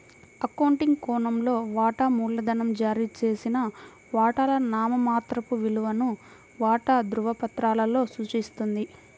accounting కోణంలో, వాటా మూలధనం జారీ చేసిన వాటాల నామమాత్రపు విలువను వాటా ధృవపత్రాలలో సూచిస్తుంది